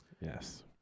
Yes